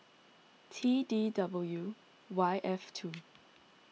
T D W Y F two